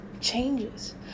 changes